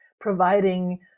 providing